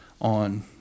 on